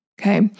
Okay